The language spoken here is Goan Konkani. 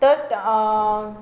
तर त